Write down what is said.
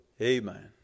Amen